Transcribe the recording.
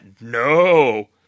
No